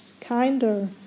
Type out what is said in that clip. kinder